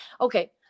Okay